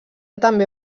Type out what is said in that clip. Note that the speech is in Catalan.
també